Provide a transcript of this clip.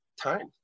time